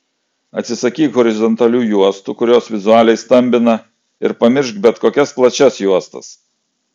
atsisakyk horizontalių juostų kurios vizualiai stambina ir pamiršk bet kokias plačias juostas